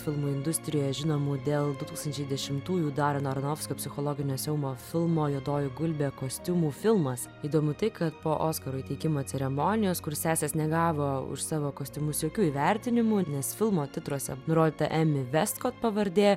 filmų industrijoje žinomų dėl du tūkstančiai dešimtųjų darano arnovskio psichologinio siaubo filmo juodoji gulbė kostiumų filmas įdomu tai kad po oskaro įteikimo ceremonijos kur sesės negavo už savo kostiumus jokių įvertinimų nes filmo titruose nurodyta emi vestkot pavardė